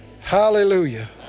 Hallelujah